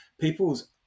people's